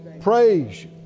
praise